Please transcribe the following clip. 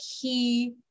key